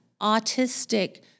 autistic